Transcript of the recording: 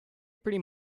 pretty